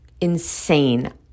insane